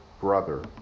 brother